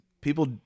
people